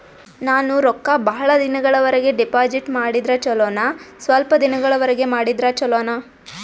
ನಾನು ರೊಕ್ಕ ಬಹಳ ದಿನಗಳವರೆಗೆ ಡಿಪಾಜಿಟ್ ಮಾಡಿದ್ರ ಚೊಲೋನ ಸ್ವಲ್ಪ ದಿನಗಳವರೆಗೆ ಮಾಡಿದ್ರಾ ಚೊಲೋನ?